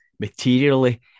Materially